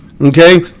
Okay